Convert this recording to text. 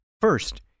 First